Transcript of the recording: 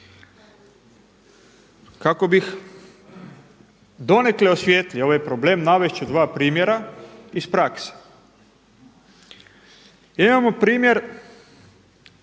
Kako bih donekle osvijetlio ovaj problem navest ću dva primjera iz prakse. Imamo primjer